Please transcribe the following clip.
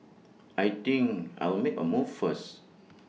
I think I'll make A move first